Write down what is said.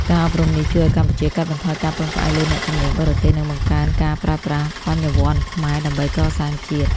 ការអប់រំនេះជួយឱ្យកម្ពុជាកាត់បន្ថយការពឹងផ្អែកលើអ្នកជំនាញបរទេស និងបង្កើនការប្រើប្រាស់ "បញ្ញវន្តខ្មែរ" ដើម្បីកសាងជាតិ។